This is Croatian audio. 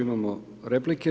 Imamo replike.